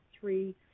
three